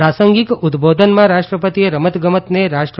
પ્રાસંગિક ઉદ્દબોધનમાં રાષ્રઅપતિએ રમતગમતને રાષ્ર્